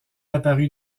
apparue